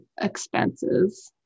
expenses